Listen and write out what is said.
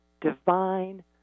divine